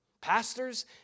Pastors